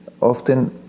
often